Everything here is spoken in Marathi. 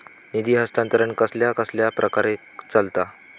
निधी हस्तांतरण कसल्या कसल्या प्रकारे चलता?